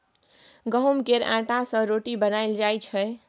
गहुँम केर आँटा सँ रोटी बनाएल जाइ छै